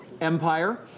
Empire